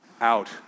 out